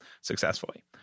successfully